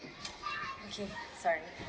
okay sorry